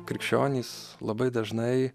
krikščionys labai dažnai